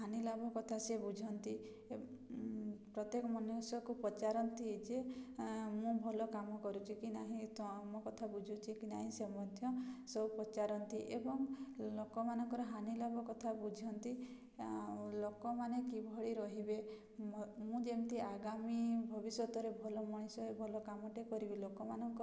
ହାନିଲାଭ କଥା ସେ ବୁଝନ୍ତି ପ୍ରତ୍ୟେକ ମନୁଷ୍ୟକୁ ପଚାରନ୍ତି ଯେ ମୁଁ ଭଲ କାମ କରୁଛି କି ନାହିଁ ତମ କଥା ବୁଝୁଛି କି ନାହିଁ ସେ ମଧ୍ୟ ସବୁ ପଚାରନ୍ତି ଏବଂ ଲୋକମାନଙ୍କର ହାନିଲାଭ କଥା ବୁଝନ୍ତି ଆଉ ଲୋକମାନେ କିଭଳି ରହିବେ ମୁଁ ଯେମିତି ଆଗାମୀ ଭବିଷ୍ୟତରେ ଭଲ ମଣିଷ ଭଲ କାମଟେ କରିବି ଲୋକମାନଙ୍କ ପାଖରେ